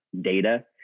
data